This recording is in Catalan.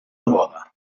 neboda